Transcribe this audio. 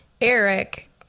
Eric